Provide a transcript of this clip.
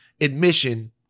admission